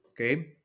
Okay